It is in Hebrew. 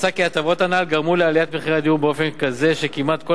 מצא כי ההטבות הנ"ל גרמו לעליית מחירי הדיור באופן כזה שכמעט כל